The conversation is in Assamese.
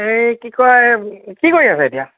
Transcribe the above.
এই কি কয় কি কৰি আছে এতিয়া